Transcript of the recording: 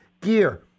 gear